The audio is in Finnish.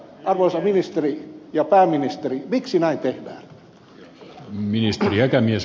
arvoisa ministeri ja pääministeri miksi näin tehdään